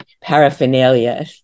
paraphernalia